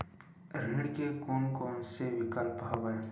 ऋण के कोन कोन से विकल्प हवय?